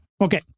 Okay